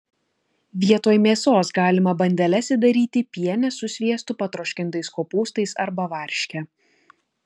vietoj mėsos galima bandeles įdaryti piene su sviestu patroškintais kopūstais arba varške